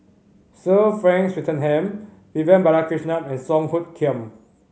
Sir Frank Swettenham Vivian Balakrishnan and Song Hoot Kiam